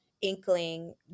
inkling